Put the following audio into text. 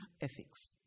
ethics